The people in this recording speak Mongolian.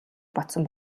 бодсон